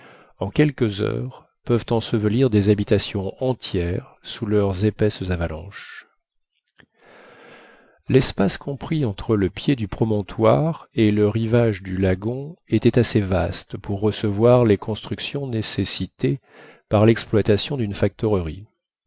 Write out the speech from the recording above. en quelques heures peuvent ensevelir des habitations entières sous leurs épaisses avalanches l'espace compris entre le pied du promontoire et le rivage du lagon était assez vaste pour recevoir les constructions nécessitées par l'exploitation d'une